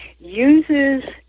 uses